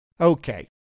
Okay